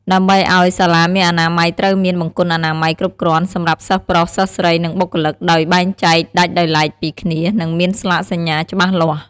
ដើម្បីឲ្យសាលាមានអនាម័យត្រូវមាន បង្គន់អនាម័យគ្រប់គ្រាន់សម្រាប់សិស្សប្រុស សិស្សស្រី និងបុគ្គលិក ដោយបែងចែកដាច់ដោយឡែកពីគ្នា និងមានស្លាកសញ្ញាច្បាស់លាស់។